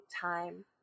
time